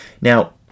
Now